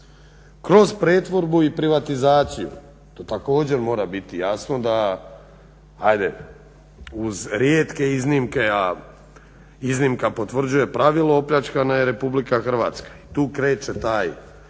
Kroz pretvorbu i privatizaciju, to također mora biti jasno da ajde uz rijetke iznimke, a iznimka potvrđuje pravilo, opljačkana je RH i tu kreće taj